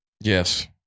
Yes